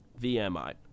VMI